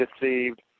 deceived